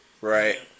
Right